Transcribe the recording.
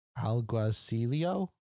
Alguacilio